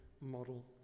model